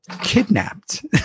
kidnapped